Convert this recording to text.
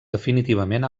definitivament